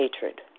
hatred